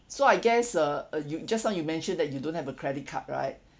so I guess uh uh you just now you mentioned that you don't have a credit card right